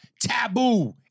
taboo